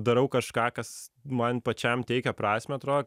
darau kažką kas man pačiam teikia prasmę atrodo